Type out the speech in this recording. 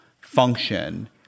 function